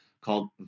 called